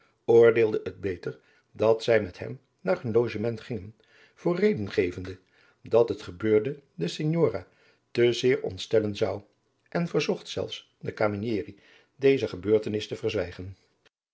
oordeelde het beter dat zij met hem naar hun logement gingen voor reden gevende dat het gebeurde de signora te zeer ontstellen zou en verzocht zelfs de camierieri deze gebeurtenis te verzwijgen